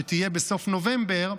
שתהיה בסוף נובמבר,